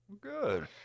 Good